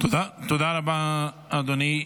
תודה רבה, אדוני.